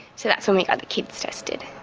so that's when we got the kids tested.